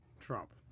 Trump